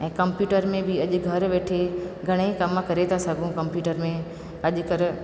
ऐं कंप्यूटर में बि अॼु घर वेठे घणेई कम करे था सघूं कम्प्यूटर में अॼुकल्ह